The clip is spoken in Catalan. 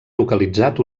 localitzat